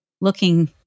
looking